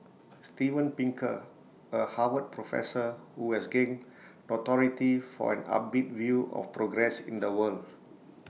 Steven Pinker A Harvard professor who has gained notoriety for an upbeat view of progress in the world